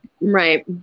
Right